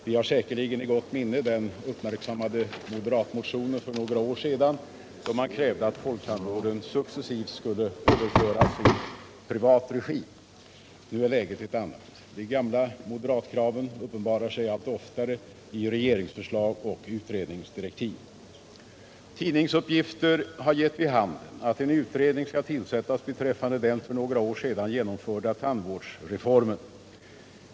Vi har säkerligen i gott minne den uppmärksammade moderatmotionen för några år sedan då man krävde att folktandvården successivt skulle överföras i privat regi. Nu är läget ett annat. De gamla moderatkraven uppenbarar sig allt oftare i regeringsförslag och utredningsdirektiv. Tidningsuppgifter har gett vid handen att en utredning skall tillsättas beträffande den för några år sedan genomförda tandvårdsreformen.